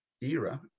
era